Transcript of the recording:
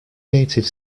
native